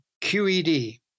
QED